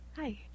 Hi